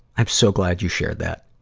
i'm so glad you shared that.